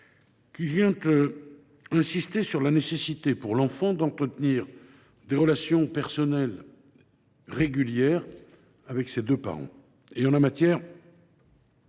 qui vient insister sur la nécessité pour l’enfant d’entretenir des relations personnelles régulières avec ses deux parents. En la matière,